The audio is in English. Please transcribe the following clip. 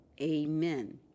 Amen